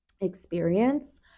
experience